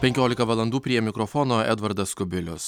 penkiolika valandų prie mikrofono edvardas kubilius